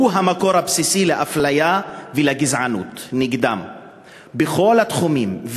היא המקור הבסיסי לאפליה ולגזענות נגדם בכל התחומים.